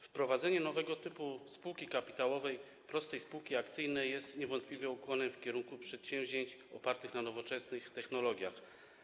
Wprowadzenie nowego typu spółki kapitałowej, prostej spółki akcyjnej jest niewątpliwie ukłonem w kierunku przedsięwzięć opartych na nowoczesnych technologiach.